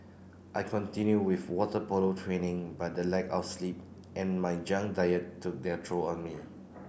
I continued with water polo training but the lack of sleep and my junk diet took their troll on me